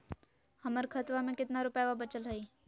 हमर खतवा मे कितना रूपयवा बचल हई?